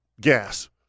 gas